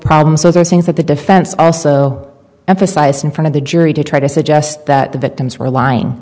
problems those are things that the defense also emphasized in front of the jury to try to suggest that the victims were lying